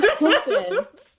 Listen